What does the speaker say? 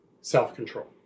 self-control